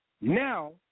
Now